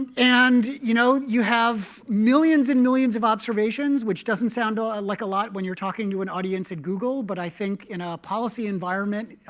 and you know, you have millions and millions of observations, which doesn't sound ah ah and like a lot when you're talking to an audience at google. but i think in a policy environment,